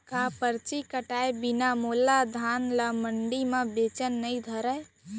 का परची कटाय बिना मोला धान ल मंडी म बेचन नई धरय?